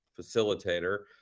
facilitator